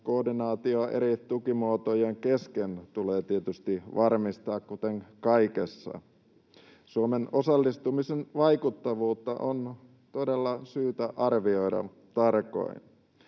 koordinaatio eri tukimuotojen kesken tulee tietysti varmistaa, kuten kaikessa. Suomen osallistumisen vaikuttavuutta on todella syytä arvioida tarkoin.